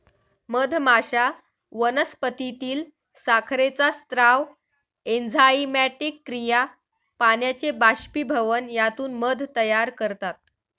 मधमाश्या वनस्पतीतील साखरेचा स्राव, एन्झाइमॅटिक क्रिया, पाण्याचे बाष्पीभवन यातून मध तयार करतात